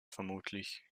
vermutlich